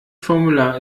formular